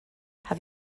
have